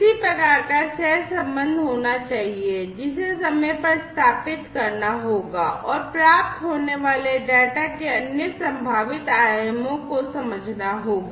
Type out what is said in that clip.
किसी प्रकार का सहसंबंध होना चाहिए जिसे समय पर स्थापित करना होगा और प्राप्त होने वाले डेटा के अन्य संभावित आयामों को समझना होगा